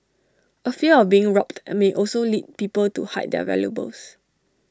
A fear of being robbed may also lead people to hide their valuables